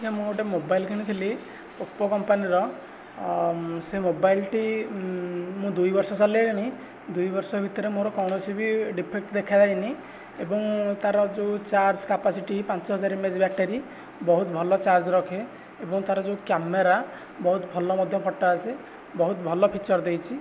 ମୁଁ ଗୋଟିଏ ମୋବାଇଲ କିଣିଥିଲି ଓପୋ କମ୍ପାନୀର ସେ ମୋବାଇଲଟି ମୁଁ ଦୁଇବର୍ଷ ଚଳେଇଲିଣି ଦୁଇବର୍ଷ ଭିତରେ ମୋ'ର କୌଣସି ବି ଡ଼ିଫେକ୍ଟ ଦେଖା ହେଇନି ଏବଂ ତା'ର ଯେଉଁ ଚାର୍ଜ କ୍ୟାପାସିଟି ପାଞ୍ଚ ହଜାର ଏମଏଚ ବ୍ୟାଟେରି ବହୁତ ଭଲ ଚାର୍ଜ ରଖେ ଏବଂ ତା'ର ଯେଉଁ କ୍ୟାମେରା ବହୁତ ଭଲ ମଧ୍ୟ ଫଟୋ ଆସେ ବହୁତ ଭଲ ଫିଚର ଦେଇଛି